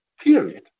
period